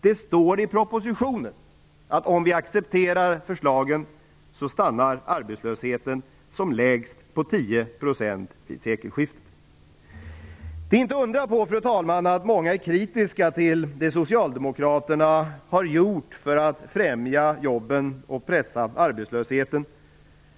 Det står i propositionen att om vi accepterar förslagen stannar arbetslösheten som lägst på 10 % vid sekelskiftet. Det är inte att undra på, fru talman, att många är kritiska till det socialdemokraterna har gjort för att främja jobben och pressa arbetslösheten.